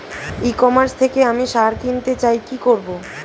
E commerce থেকে আমি সার কিনতে চাই কি করব?